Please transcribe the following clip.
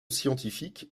scientifique